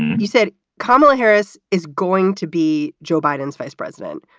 you said kamala harris is going to be joe biden's vice president.